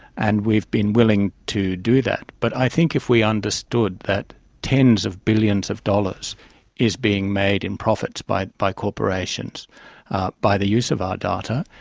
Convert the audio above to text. and we've been willing to do that. but i think if we understood that tens of billions of dollars is being made in profits by by corporations by the use of our data,